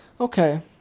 Okay